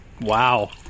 Wow